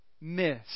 miss